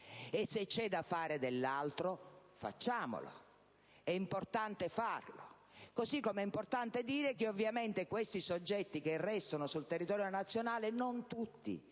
E se c'è da fare qualcos'altro facciamolo, è importante farlo. Così come è importante dire che ovviamente non tutti i soggetti che restano sul territorio nazionale andranno